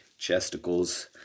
chesticles